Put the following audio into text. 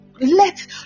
let